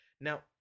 Now